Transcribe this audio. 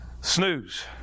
snooze